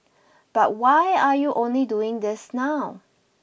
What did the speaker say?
but why are you only doing this now